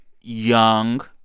young